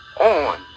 on